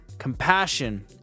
compassion